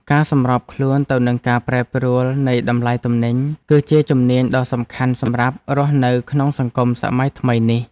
ការសម្របខ្លួនទៅនឹងការប្រែប្រួលនៃតម្លៃទំនិញ គឺជាជំនាញដ៏សំខាន់សម្រាប់រស់នៅក្នុងសង្គមសម័យថ្មីនេះ។